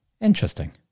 Interesting